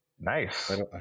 Nice